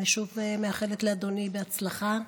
אני שוב מאחלת לאדוני הצלחה.